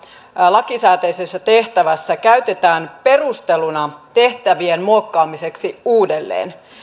lakisääteisessä tehtävässä käytetään perusteluna tehtävien muokkaamiseksi uudelleen